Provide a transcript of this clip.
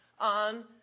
on